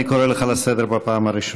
אני קורא אותך לסדר פעם ראשונה.